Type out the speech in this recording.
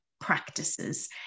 practices